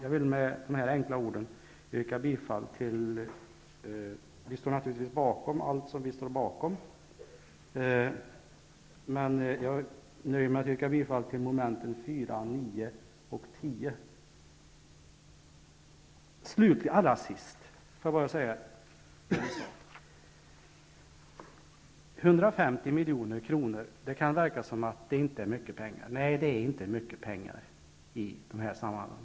Vi står bakom våra ställningstaganden, men jag yrkar bifall endast till vår meningsyttring beträffande mom. 4 samt till reservation 4 beträffande mom. 9 och 10. Allra sist: Det verkar som om 150 miljoner inte är mycket pengar. Nej, det är inte mycket pengar i dessa sammanhang.